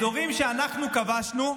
אזורים שאנחנו כבשנו,